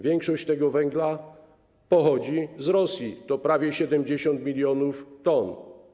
Większość tego węgla pochodzi z Rosji, prawie 70 mln t.